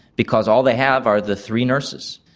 because all they have are the three nurses.